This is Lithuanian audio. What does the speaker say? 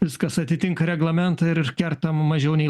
viskas atitinka reglamentą ir kertama mažiau nei